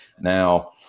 now